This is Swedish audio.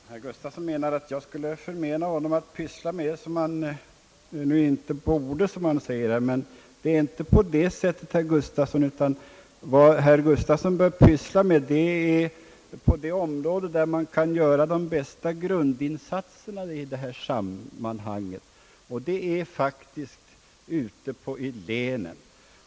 Herr talman! Herr Gustafsson sade att jag skulle förmena honom att syssla med sådant som han inte borde ägna sig åt. Så är inte fallet, herr Gustafsson, utan vad jag menar är att han borde ägna sitt intresse inom det område där man kan göra de bästa grundinsatserna i detta sammanhang, och det är faktiskt ute i länen.